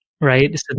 right